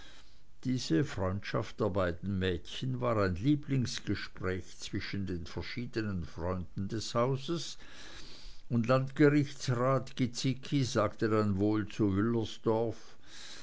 diese freundschaft der beiden mädchen war ein lieblingsgespräch zwischen den verschiedenen freunden des hauses und landgerichtsrat gizicki sagte dann wohl zu